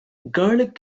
garlic